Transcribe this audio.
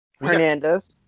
Hernandez